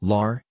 Lar